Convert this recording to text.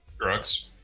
Drugs